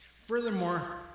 Furthermore